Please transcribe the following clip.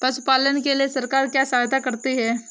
पशु पालन के लिए सरकार क्या सहायता करती है?